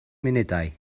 munudau